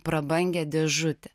prabangią dėžutę